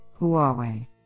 Huawei